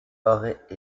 auraient